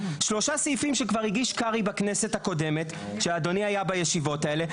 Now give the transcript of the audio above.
שלושה סעיפים שכבר הגיש קרעי בכנסת הקודמת שאדוני היה בישיבות האלה,